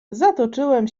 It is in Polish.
zatoczyłem